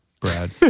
Brad